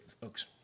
folks